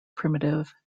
primitive